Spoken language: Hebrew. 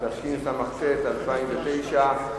התש"ע 2010,